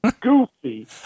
goofy